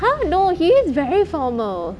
!huh! no he is very formal